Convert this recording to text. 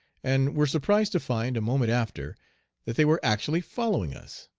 and were surprised to find a moment after that they were actually following us.